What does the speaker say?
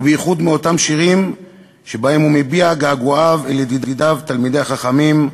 ובייחוד מאותם שירים שבהם הוא מביע געגועיו אל ידידיו תלמידי החכמים,